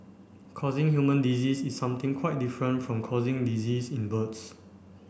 causing human disease is something quite different from causing disease in birds